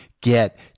get